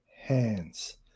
hands